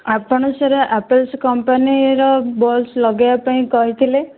ଆପଣ sir Havells company ର bulbs ଲଗେଇବା ପାଇଁ କହିଥିଲେ